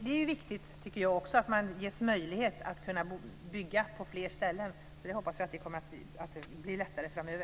Det är viktigt, tycker även jag, att man ges möjlighet att bygga på fler ställen, så det hoppas jag kommer att bli lättare framöver.